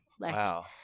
Wow